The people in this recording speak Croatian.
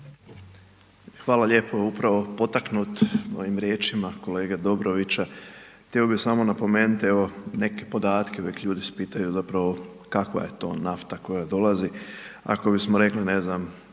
Hvala lijepo. Upravo poteknut ovim riječima kolege Dobrovića, htio bi samo napomenuti, evo neke podatke, uvijek ljudi se pitaju zapravo kakva je to nafta koja dolazi, ako bismo rekli, ne znam,